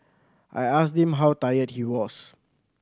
I asked him how tired he was